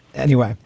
anyway,